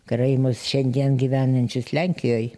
karaimus šiandien gyvenančius lenkijoj